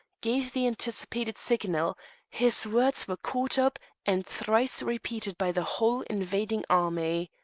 gave the anticipated signal his words were caught up and thrice repeated by the whole invading army.